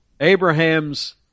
Abraham's